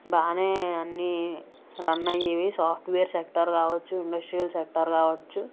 బాగానే అన్నీ రన్ అయ్యేవి సాఫ్ట్వేర్ సెక్టార్ కావచ్చు ఇండస్ట్రియల్ సెక్టార్ కావచ్చు